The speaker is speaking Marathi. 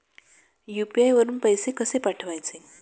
यु.पी.आय वरून पैसे कसे पाठवायचे?